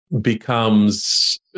becomes